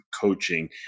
coaching